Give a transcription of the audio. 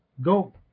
go